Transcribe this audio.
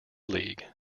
league